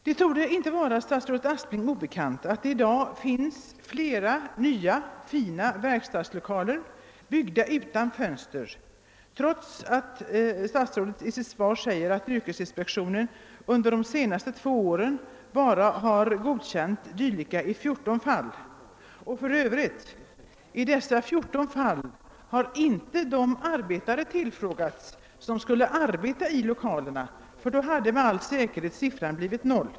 Det torde inte vara statsrådet Aspling obekant, att det i dag finns flera nya fina verkstadslokaler byggda utan fönster, trots att statsrådet Aspling i sitt svar säger att yrkesinspektionen under de senaste två åren har godkänt dylika bara i 14 fall. I dessa 14 fall har för övrigt inte de arbetare tillfrågats som skulle arbeta i lokalerna, ty då hade siffran med säkerhet blivit noll.